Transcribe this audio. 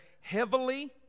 heavily